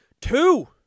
Two